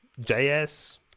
JS